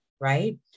right